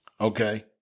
Okay